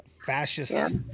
fascist